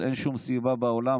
אז אין שום סיבה בעולם.